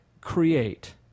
create